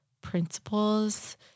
principles